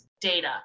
data